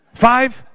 five